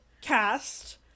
cast